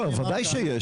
לא, ודאי שיש,